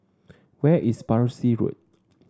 where is Parsi Road